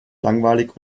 langweilig